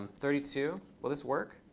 thirty two. will this work?